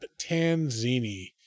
Tanzini